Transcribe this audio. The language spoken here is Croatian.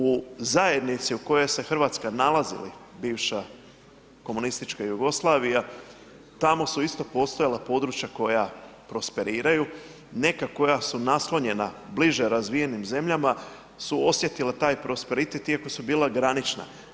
U zajednici u kojoj se Hrvatska nalazila, bivša komunistička Jugoslavija, tamo su isto postojala područja koja prosperiraju, neka koja su naslonjena bliže razvijenim zemljama su osjetila taj prosperitet iako su bila granična.